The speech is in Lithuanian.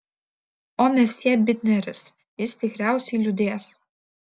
o mesjė bitneris jis tikriausiai liūdės